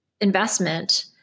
investment